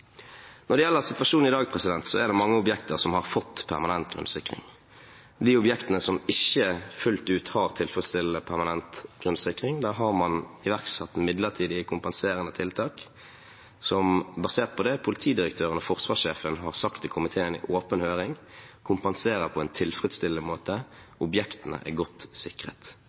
Når det gjelder situasjonen i dag, er det mange objekter som har fått permanent grunnsikring. For de objektene som ikke fullt ut har tilfredsstillende permanent grunnsikring, har man iverksatt midlertidige kompenserende tiltak, som, basert på det politidirektøren og forsvarssjefen har sagt til komiteen i åpen høring, kompenserer på en tilfredsstillende måte – objektene er godt sikret.